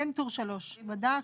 אין טור 3. הוא בדק,